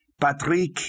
Patrick